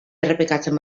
errepikatzen